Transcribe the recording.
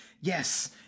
Yes